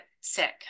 sick